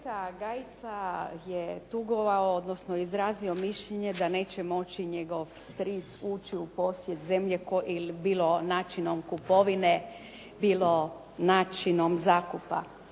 Kolega Gajica je tugovao odnosno izrazio mišljenje da neće moći njegov stric ući u posjed zemlje ili bilo načinom kupovine bilo načinom zakupa.